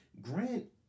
Grant